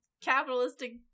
capitalistic